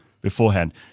Beforehand